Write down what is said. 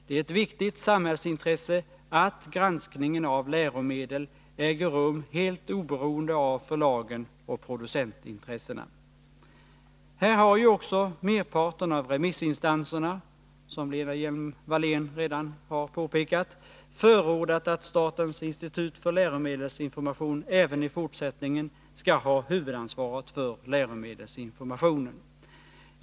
Det är ett viktigt samhällsintresse att granskningen av läromedel äger rum helt oberoende av förlagen och producentintressena. Merparten av remissinstanserna har också —- som Lena Hjelm-Wallén redan påpekat — förordat att statens institut för läromedelsinformation även i fortsättningen skall ha huvudansvaret för läromedelsinformationen.